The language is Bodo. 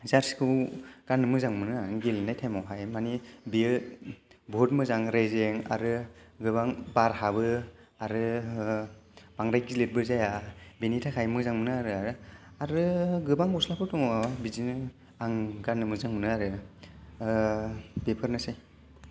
जारसिखौ गाननो मोजां मोनो आं गेलेनाय टाइमावहाय माने बेयो बहुत मोजां रेजें आरो गोबां बार हाबो आरो बांद्राय गिलिरबो जाया बेनि थाखाय मोजां मोनो आरो आरो गोबां गस्लाफोर दङ बिदिनो आं गाननो मोजां मोनो आरो बेफोरनोसै